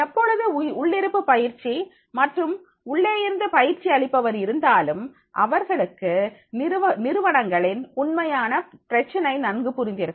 எப்பொழுது உள்ளிருப்பு பயிற்சி மற்றும் உள்ளேயிருந்து பயிற்சி அளிப்பவர் இருந்தாலும் அவர்களுக்கு நிறுவனங்களின் உண்மையான பிரச்சனை நன்கு புரிந்திருக்கும்